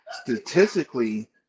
Statistically